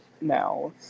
now